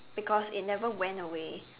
because it never went away